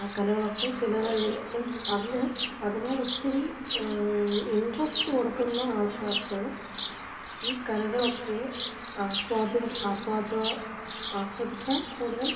ആ കലകളൊക്കെ ചില മീൻസ് അതിൽ അതിനോട് ഒത്തിരി ഇൻറ്ററെസ്റ്റ് കൊടുക്കുന്ന ആൾക്കാർക്ക് ഈ കലകൾ ഒക്കെ ആസ്വദി ആസ്വദ ആസ്വദിക്കാൻ കൂടുതൽ